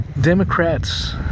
Democrats